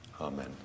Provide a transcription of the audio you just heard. Amen